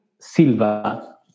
silva